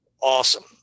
awesome